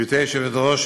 גברתי היושבת-ראש,